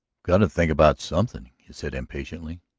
got to think about something, he said impatiently.